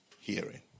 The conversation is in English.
hearing